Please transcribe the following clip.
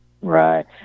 right